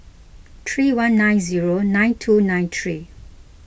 three one nine zero nine two nine three